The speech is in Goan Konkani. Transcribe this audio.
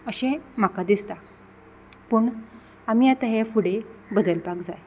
अशें म्हाका दिसता पूण आमी आतां हे फुडें बदलपाक जाय